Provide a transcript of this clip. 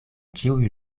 ĉiuj